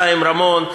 חיים רמון.